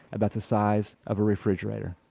about the size of a refrigerator.